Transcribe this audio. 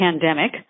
pandemic